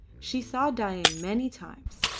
she saw dain many times.